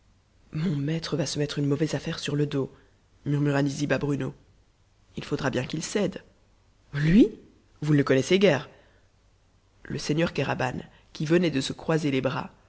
mon maître va se mettre une mauvaise affaire sur le dos murmura nizib à bruno il faudra bien qu'il cède lui vous ne le connaissez guère le seigneur kéraban qui venait de se croiser les bras